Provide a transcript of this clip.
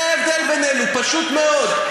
זה ההבדל בינינו, פשוט מאוד.